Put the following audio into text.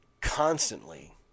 constantly